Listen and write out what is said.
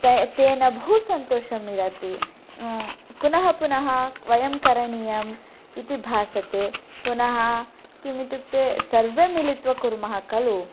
तया तेन ब हु सन्तोषं मिलति ह्म् पुनः पुनः वयं करणीयम् इति भासते पुनः किमित्युक्ते सर्वे मिलित्वा कुर्मः खलु